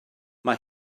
mae